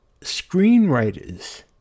screenwriters